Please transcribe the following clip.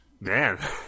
man